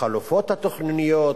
החלופות לתוכניות,